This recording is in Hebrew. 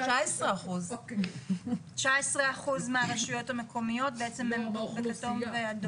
19%. 19% מהרשויות המקומיות בעצם הן בכתום ואדום.